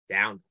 Down